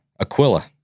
Aquila